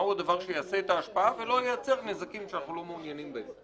מהו הדבר שיעשה את ההשפעה ולא ייצר נזקים שאנחנו לא מעוניינים בהם.